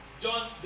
John